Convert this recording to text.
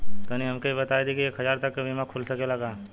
तनि हमके इ बताईं की एक हजार तक क बीमा खुल सकेला का?